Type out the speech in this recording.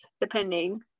depending